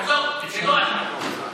עזוב, זה לא אתה.